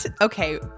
Okay